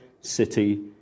city